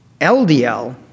LDL